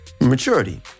maturity